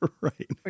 Right